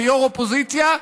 כיו"ר אופוזיציה,